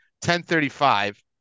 1035